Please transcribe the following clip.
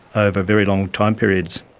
over very long time periods.